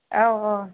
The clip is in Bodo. औ औ